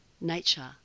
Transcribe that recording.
nature